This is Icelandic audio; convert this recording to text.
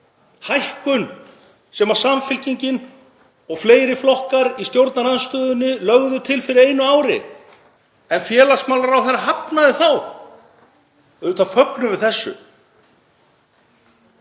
hækkun sem Samfylkingin og fleiri flokkar í stjórnarandstöðunni lögðu til fyrir einu ári en félagsmálaráðherra hafnaði þá. Auðvitað fögnum við þessu.